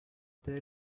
there